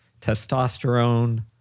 testosterone